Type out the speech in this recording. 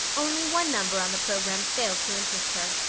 only one number on the program failed to interest her.